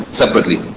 separately